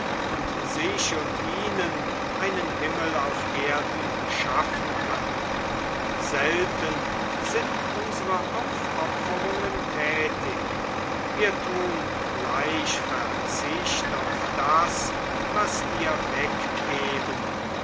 und sich und ihnen einen himmel auf erden schaffen können selten sind unsere aufopferungen tätig wir tun gleich verzicht auf das was wir weggeben